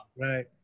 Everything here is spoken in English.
Right